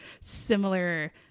similar